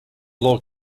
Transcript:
log